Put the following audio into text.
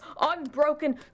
unbroken